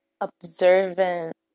observant